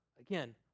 again